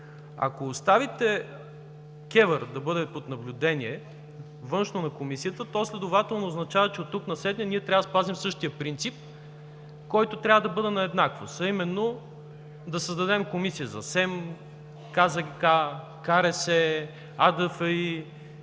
Ако оставите КЕВР-а да бъде по наблюдение – външно на Комисията, то следователно означава, че оттук насетне ние трябва да спазим същия принцип, който трябва да бъде на еднаквост, а именно да създадем Комисия за СЕМ, КЗК, КРС, АДФИ,